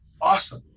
awesome